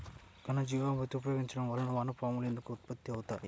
ఘనజీవామృతం ఉపయోగించటం వలన వాన పాములు ఎందుకు ఉత్పత్తి అవుతాయి?